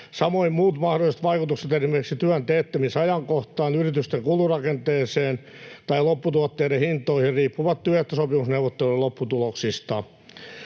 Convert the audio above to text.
Samoin muut mahdolliset vaikutukset, esimerkiksi työnteettämisajankohtaan, yritysten kulurakenteeseen tai lopputuotteiden hintoihin, riippuvat työehtosopimusneuvottelujen lopputuloksista.